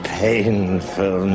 painful